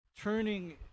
turning